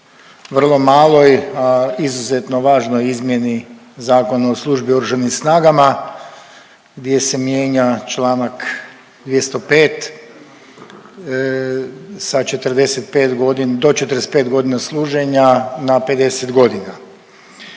vrlo maloj, a izuzetno važnoj izmjeni Zakona o službi u Oružanim snagama gdje se mijenja članak 205. do 45 godina služenja na 50 godina.